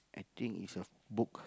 I think it's a book